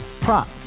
prop